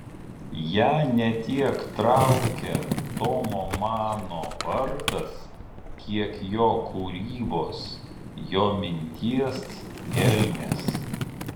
ją ne tiek traukia tomo mano vardas kiek jo kūrybos jo minties gelmės